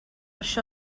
això